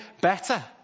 better